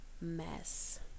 mess